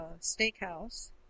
steakhouse